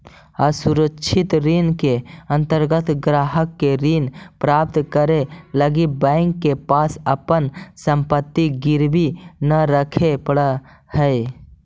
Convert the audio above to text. असुरक्षित ऋण के अंतर्गत ग्राहक के ऋण प्राप्त करे लगी बैंक के पास अपन संपत्ति गिरवी न रखे पड़ऽ हइ